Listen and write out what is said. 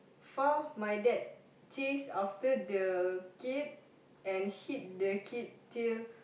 far my dad chase after the kid and hit the kid till